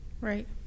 right